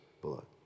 blood